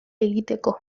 egiteko